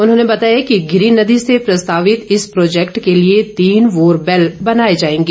उन्होंने बताया कि गिरी नदी से प्रस्तावित इस प्रोजैक्ट के लिए तीन बोरवैल बनाए जाएंगे